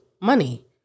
Money